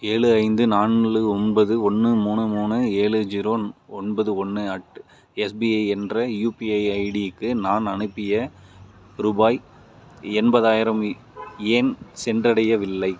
ஏழு ஐந்து நான்கு ஒன்பது ஒன்று மூணு மூணு ஏழு ஜீரோ ஒன்பது ஒன்று அட் எஸ்பிஐ என்ற யுபிஐ ஐடிக்கு நான் அனுப்பிய ரூபாய் எண்பதாயிரம் ஏன் சென்றடையவில்லை